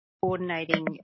coordinating